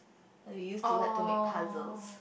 like we used to like to make puzzles